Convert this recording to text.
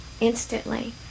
instantly